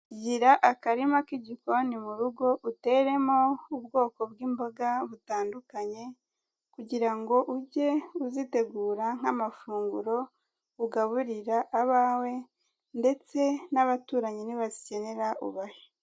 Gira akarima k'igikoni mu rugo uteremo ubwoko bw'imboga butandukanye kugira ngo ujye uzitegura nk'amafunguro ugaburira abawe ndetse n'abaturanyi nibazikenera ubahe.